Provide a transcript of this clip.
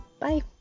Bye